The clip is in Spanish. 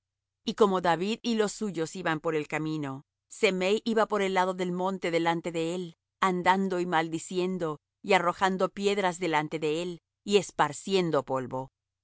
y como david y los suyos iban por el camino semei iba por el lado del monte delante de él andando y maldiciendo y arrojando piedras delante de él y esparciendo polvo